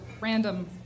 random